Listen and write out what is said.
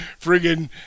friggin